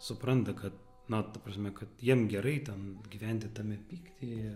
supranta kad na ta prasme kad jiem gerai ten gyventi tame pyktyje